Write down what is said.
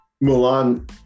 Milan